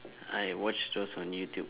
I watch those on YouTube